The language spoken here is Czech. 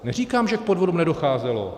Neříkám, že k podvodům nedocházelo.